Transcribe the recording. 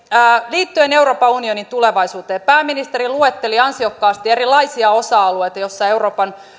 liittyen euroopan unionin tulevaisuuteen pääministeri luetteli ansiokkaasti erilaisia osa alueita joista euroopan